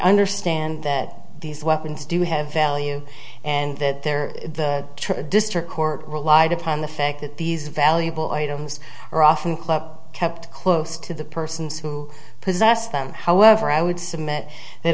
understand that these weapons do have value and that they're the true district court relied upon the fact that these valuable items are often club kept close to the persons who possess them however i would